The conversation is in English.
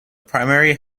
primary